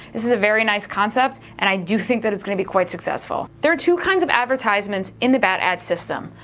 this is a very nice concept and i do think that it's gonna be quite successful. there are two kinds of advertisements in the bat ad system,